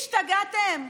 השתגעתם?